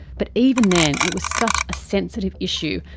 but even then, it was such a sensitive issue,